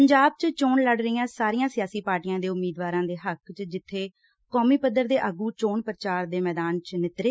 ਪੰਜਾਬ ਚ ਚੋਣ ਲੜ ਰਹੀਆਂ ਸਾਰੀਆਂ ਸਿਆਸੀ ਪਾਰਟੀਆਂ ਦੇ ਉਮੀਦਵਾਰਾਂ ਦੇ ਹੱਕ ਚ ਜਿੱਥੇ ਕੌਮੀ ਪੱਧਰ ਦੇ ਆਗੂ ਚੋਣ ਪ੍ਰਚਾਰ ਦੇ ਮੈਦਾਨ ਚ ਨਿਤਰੇ